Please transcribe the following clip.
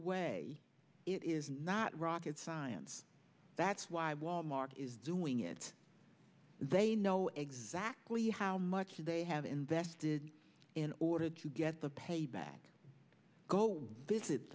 way it is not rocket science that's why wal mart is doing it they know exactly how much they have invested in order to get the payback go visit